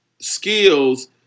skills